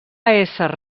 ésser